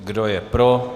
Kdo je pro?